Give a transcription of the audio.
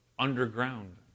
underground